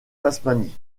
tasmanie